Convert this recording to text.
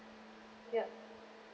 yup